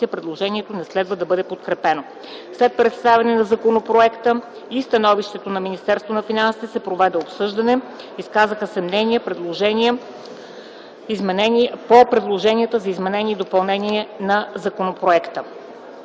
предложението не следва да бъде подкрепено. След представяне на законопроекта и становището на Министерството на финансите се проведе обсъждане. Изказаха се мнения по предложенията за изменения и допълнения на законопроекта.